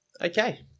Okay